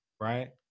right